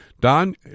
Don